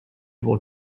will